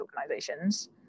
organizations